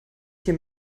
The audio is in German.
hier